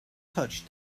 touched